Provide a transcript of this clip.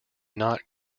not